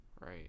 right